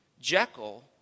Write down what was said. Jekyll